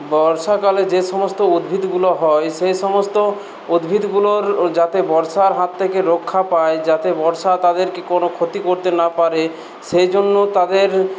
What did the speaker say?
বর্ষাকালে যেসমস্ত উদ্ভিদগুলো হয় সেই সমস্ত উদ্ভিদগুলোর যাতে বর্ষার হাত থেকে রক্ষা পায় যাতে বর্ষা তাদেরকে কোনো ক্ষতি করতে না পারে সেই জন্য তাদের